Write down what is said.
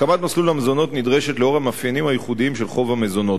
הקמת מסלול המזונות נדרשת לאור המאפיינים הייחודיים של חוב המזונות.